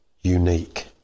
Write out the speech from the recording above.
unique